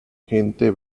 gente